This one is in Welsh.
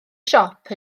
siop